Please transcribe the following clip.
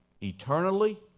eternally